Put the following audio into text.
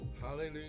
hallelujah